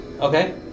Okay